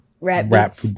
rap